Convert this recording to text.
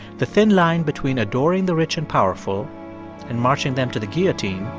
the thin line between adoring the rich and powerful and marching them to the guillotine,